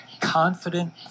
confident